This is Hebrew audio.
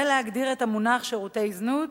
להגדיר את המונח "שירותי זנות"